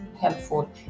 helpful